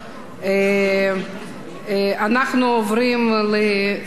אנחנו עוברים לסעיף הבא,